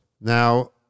Now